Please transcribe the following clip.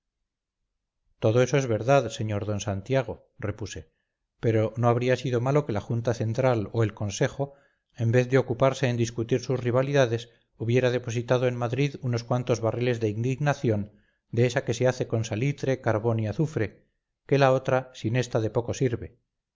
todo eso es verdad sr d santiago repuse pero no habría sido malo que la junta central o el consejo en vez de ocuparse en discutir sus rivalidades hubiera depositado en madrid unos cuantos barriles de indignación de esa que se hace con salitre carbón y azufre que la otra sin esta de poco sirve